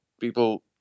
people